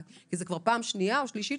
לדעתי זאת כבר פעם שנייה או שלישית